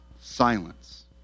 silence